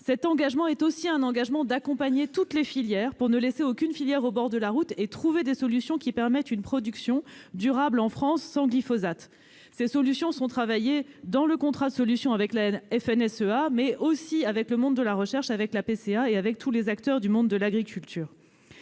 Cet engagement est aussi un engagement d'accompagnement de toutes les filières pour ne laisser aucune d'entre elles sur le bord de la route et pour trouver des solutions permettant une production durable en France sans glyphosate. Ces solutions sont travaillées dans le contrat de solutions avec la FNSEA, mais aussi avec le secteur de la recherche, avec l'APCA, avec tous les acteurs du monde de l'agriculture.